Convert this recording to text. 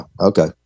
Okay